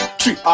three